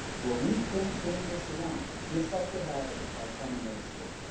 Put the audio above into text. where we can change us around just like they have at the todd county middle school